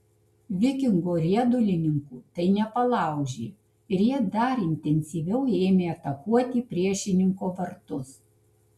vikingo riedulininkų tai nepalaužė ir jie dar intensyviau ėmė atakuoti priešininko vartus